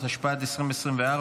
התשפ"ד 2024,